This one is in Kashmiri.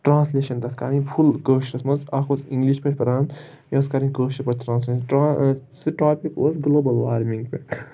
ٹرٛانٛسلیشَن تَتھ کَرٕنۍ فُل کٲشرِس منٛز اَکھ اوس اِنٛگلِش پٲٹھۍ پَران مےٚ ٲس کَرٕنۍ کٲشِر پٲٹھۍ ٹرٛانسلیشَن ٹرٛا سُہ ٹاپِک اوس گلوبَل وارمِنٛگ پٮ۪ٹھ